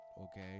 okay